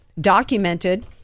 documented